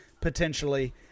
potentially